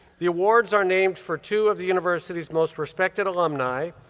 the awards are named for two of the university's most respected alumni,